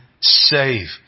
save